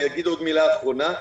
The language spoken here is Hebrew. ואני אגיד עוד מילה, האחרונה.